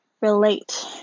relate